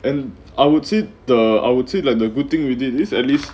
and I would say the I would say like the good thing we did this at least